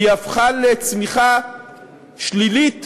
היא הפכה לצמיחה שלילית